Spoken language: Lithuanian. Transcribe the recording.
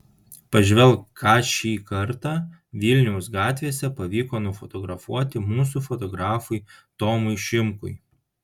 pažvelk ką šį kartą vilniaus gatvėse pavyko nufotografuoti mūsų fotografui tomui šimkui